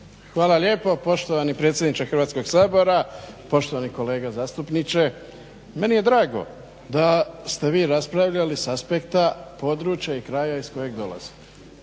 Hvala lijepo poštovani predsjedniče Hrvatskog sabora, poštovani kolega zastupniče. Meni je drago da ste vi raspravljali s aspekta i područja i kraja iz kojeg dolazite